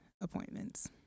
appointments